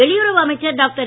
வெளியுறவு அமைச்சர் டாக்டர்